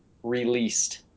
Released